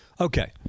Okay